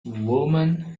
woman